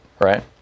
right